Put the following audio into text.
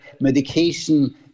medication